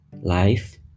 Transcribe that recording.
life